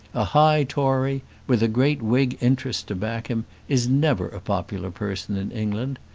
a high tory, with a great whig interest to back him, is never a popular person in england.